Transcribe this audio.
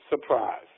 surprise